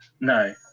No